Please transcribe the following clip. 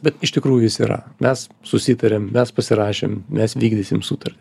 bet iš tikrųjų jis yra mes susitarėm mes pasirašėm mes vykdysim sutartį